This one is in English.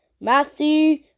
Matthew